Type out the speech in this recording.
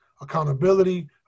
Accountability